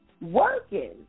working